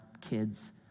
kids